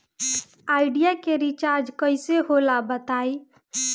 Idea के recharge कइसे होला बताई?